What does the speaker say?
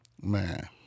Man